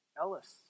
Ellis